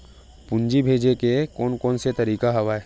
पूंजी भेजे के कोन कोन से तरीका हवय?